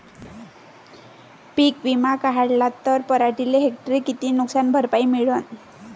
पीक विमा काढला त पराटीले हेक्टरी किती नुकसान भरपाई मिळीनं?